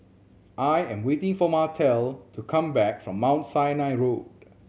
I am waiting for Martell to come back from Mount Sinai Road